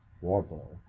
warble